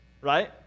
right